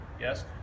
Yes